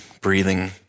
breathing